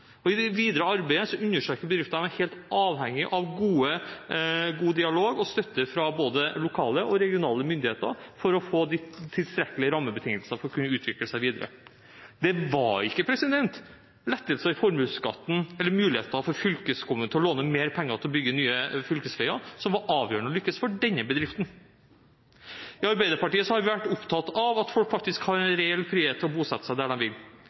I det videre arbeidet understreker bedriften at de er helt avhengige av god dialog og støtte fra både lokale og regionale myndigheter for å få de tilstrekkelige rammebetingelsene for å kunne utvikle seg videre. Det var ikke lettelser i formuesskatten eller muligheten for fylkeskommunen til å låne mer penger til å bygge nye fylkesveier som var avgjørende for å lykkes for denne bedriften. I Arbeiderpartiet har vi vært opptatt av at folk faktisk har en reell frihet til å bosette seg der de vil.